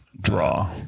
Draw